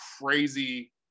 crazy